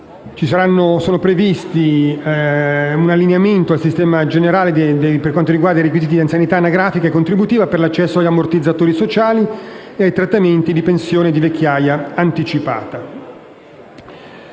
Sono previsti un allineamento al sistema generale per quanto riguarda i requisiti di anzianità anagrafica e contributiva per l'accesso agli ammortizzatori sociali e ai trattamenti di pensione di vecchiaia anticipata.